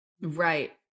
Right